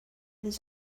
his